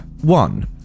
one